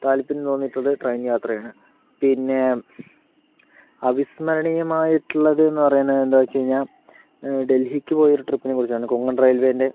താല്പര്യം തോന്നിയിട്ടുള്ളത് ട്രെയിൻ യാത്രയാണ് പിന്നേ അവിസ്മരണീയമായിട്ടുള്ളത് എന്ന് പറയുന്ന എന്താ വെച്ച് കഴിഞ്ഞാൽ ഡൽഹിക്ക് പോയ ഒരു ട്രിപ്പിനെ കുറിച്ചാണ് കൊങ്കൺ റെയിൽവേൻ്റെ